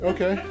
Okay